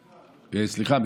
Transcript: סליחה,